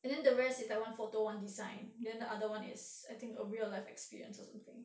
and then the rest is that one photo one design then the other one is I think a real life experience or something